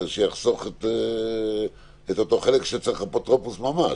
שיחסוך את אותו חלק שצריך אפוטרופוס ממש.